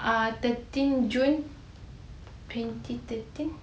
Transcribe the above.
uh thirteen june twenty thirteen